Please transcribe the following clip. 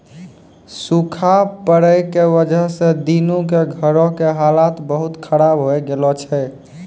सूखा पड़ै के वजह स दीनू के घरो के हालत बहुत खराब होय गेलो छै